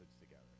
together